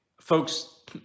Folks